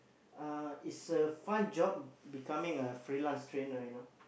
uh is a fun job becoming a freelance trainer you know